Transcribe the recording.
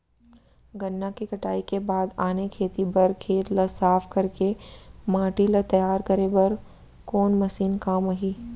गन्ना के कटाई के बाद आने खेती बर खेत ला साफ कर के माटी ला तैयार करे बर कोन मशीन काम आही?